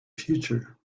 future